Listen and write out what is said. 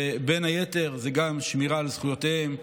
ובין היתר זה גם שמירה על זכויותיהם,